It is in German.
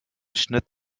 schnitt